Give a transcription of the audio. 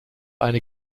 eine